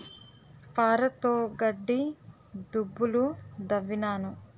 పారతోగడ్డి దుబ్బులు దవ్వినాను